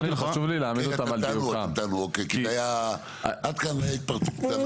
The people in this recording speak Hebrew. עד כאן הייתה התפרצות.